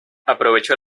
aprovechó